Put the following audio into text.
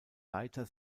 leiter